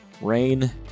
rain